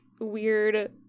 weird